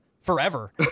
forever